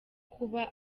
kuba